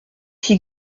qui